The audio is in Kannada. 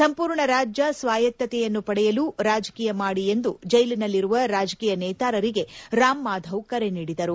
ಸಂಪೂರ್ಣ ರಾಜ್ಯ ಸ್ವಾಯತ್ತತೆಯನ್ನು ಪಡೆಯಲು ರಾಜಕೀಯ ಮಾದಿ ಎಂದು ಜೈಲಿನಲ್ಲಿರುವ ರಾಜಕೀಯ ನೇತಾರರಿಗೆ ರಾಮ್ ಮಾಧವ್ ಕರೆ ನೀಡಿದರು